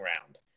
round